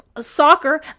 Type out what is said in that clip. Soccer